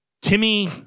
Timmy